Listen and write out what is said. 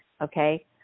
okay